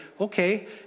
okay